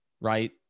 right